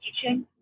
teaching